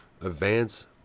advance